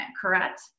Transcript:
correct